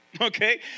okay